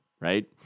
right